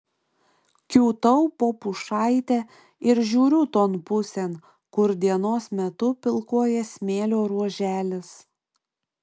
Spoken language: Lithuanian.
kiūtau po pušaite ir žiūriu ton pusėn kur dienos metu pilkuoja smėlio ruoželis